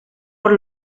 por